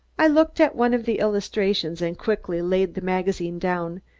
i looked at one of the illustrations and quickly laid the magazine down,